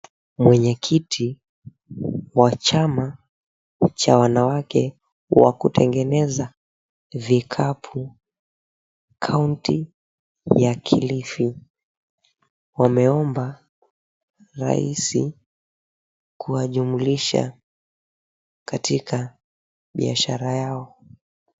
Mwenyekiti wa chama cha wanawake wakutengeneza vikapu kaunti ya Kilifi, wameomba raisi kuwa jumulisha katika biashara yao.